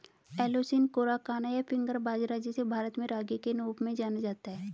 Eleusine coracana, या finger बाजरा, जिसे भारत में रागी के रूप में जाना जाता है